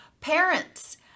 Parents